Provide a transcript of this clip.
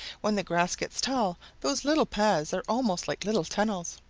when the grass gets tall those little paths are almost like little tunnels.